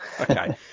okay